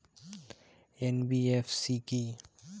NBFC কী?